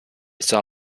saw